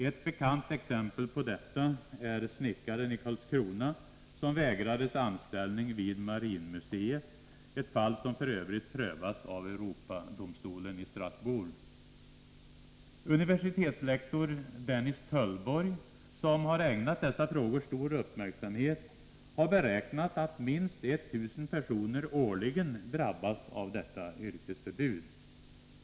Ett bekant exempel på detta är snickaren i Karlskrona som vägrades anställning vid marinmuseet — ett fall som f. ö. prövas av Europadomstolen i Strasbourg. Universitetslektor Dennis Töllborg, som ägnat dessa frågor stor uppmärksamhet, har beräknat att minst 1000 personer årligen drabbas av detta yrkesförbud.